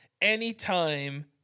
anytime